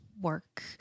work